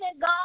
God